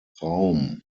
raum